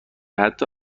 حتا